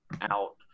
out